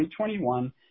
2021